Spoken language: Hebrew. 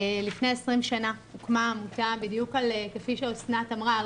לפני 20 שנה הוקמה העמותה בדיוק כפי שאסנת אמרה על